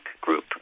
group